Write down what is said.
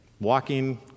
walking